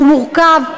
הוא מורכב,